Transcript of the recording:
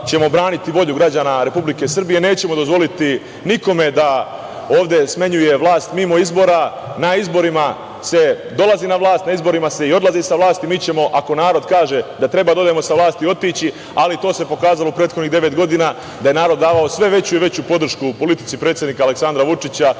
ćemo braniti volju građana Republike Srbije. Nećemo dozvoliti nikome da ovde smenjuje vlast mimo izbora. Na izborima se dolazi na vlast, na izborima se i odlazi sa vlasti. Mi ćemo, ako narod kaže da treba da odemo sa vlasti, otići, ali se pokazalo u prethodnih devet godina da je narod davao sve veću i veću podršku politici predsednika Aleksandra Vučića